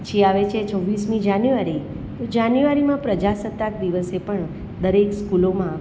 પછી આવે છે છવ્વીસમી જાન્યુઆરી તો જાન્યુઆરીમાં પ્રજાસત્તાક દિવસે પણ દરેક સ્કૂલોમાં